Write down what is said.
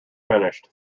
finished